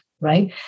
right